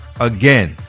Again